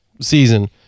season